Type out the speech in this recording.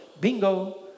Bingo